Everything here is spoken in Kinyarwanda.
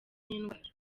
n’indwara